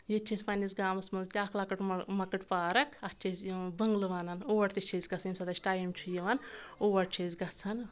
ییٚتہِ چھِ أسۍ پننِس گامَس منٛز تہِ اکھ لَکٕٹ مۄ مَکٕٹ پارَک اَتھ چھِ أسۍ یہِ وَن بٕنٛگلہٕ وَنَان اور تہِ چھِ أسۍ گژھن ییٚمہِ ساتہٕ أسۍ ٹایِم چھُ یِوان اور چھِ أسۍ گژھان